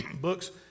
books